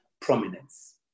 prominence